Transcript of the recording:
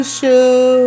show